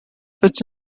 fits